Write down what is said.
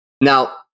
Now